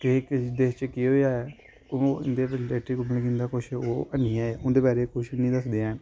कि इस देश च केह् होएआ ऐ ओह् इंदे रिलेटिव निं इंदा कुछ ओह् किश नेईं ऐ उं'दे बारे च किश निं दसदे ऐ